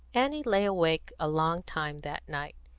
annie lay awake a long time that night.